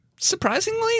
surprisingly